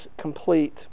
complete